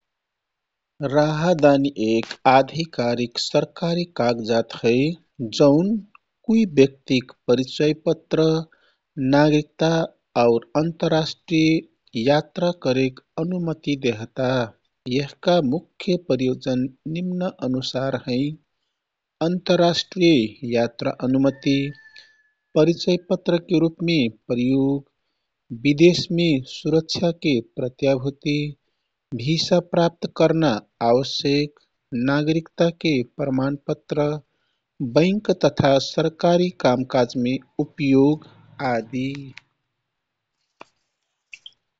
राहदानी एक आधिकारिक सरकारी कागजात है, जौन कुइ ब्यक्तिक परिचय पत्र, नागरिकता आउर अन्तर्राष्ट्रिय यात्रा करेक अनुमति दहता। यहका मुख्य प्रयोजन निम्नानुसार हैँ। अन्तर्राष्ट्रिय यात्रा अनुमति, परिचय पत्रके रूपमे प्रयोग, विदेशमे सुरक्षाके प्रत्याभूति, भिसा प्राप्त करना आवश्यक, नागरिकताके प्रामाण पत्र, बैंक तथा सरकारी कामकाजमे उपयोग आदि।